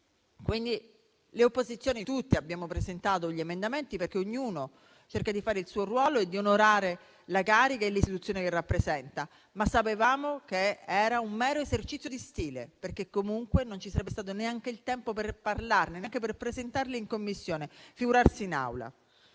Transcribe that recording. tutte le opposizioni hanno presentato degli emendamenti perché ognuno cerca di svolgere il proprio ruolo e di onorare la carica e l'istituzione che rappresenta. Ma sapevamo che era un mero esercizio di stile, perché comunque non ci sarebbe stato neanche il tempo per parlarne, neanche per presentarli in Commissione, figurarsi in Aula.